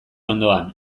ondoan